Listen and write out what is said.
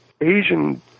Asian